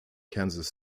kansas